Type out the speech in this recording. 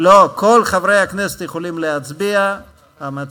רק המציעים, או מה?